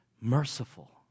merciful